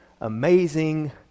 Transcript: Amazing